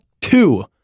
two